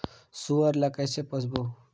सुअर ला कइसे पोसबो?